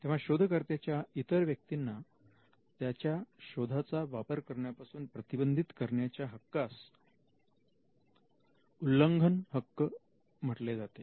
तेव्हा शोधकर्त्याच्या इतर व्यक्तींना त्याच्या शोधाचा वापर करण्यापासून प्रतिबंधित करण्याच्या हक्कास उल्लंघन हक्क म्हटले जाते